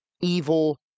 evil